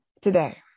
today